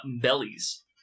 bellies